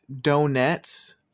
Donuts